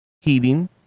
heating